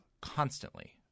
constantly